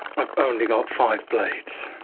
i've only got five blades.